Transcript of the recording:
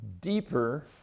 deeper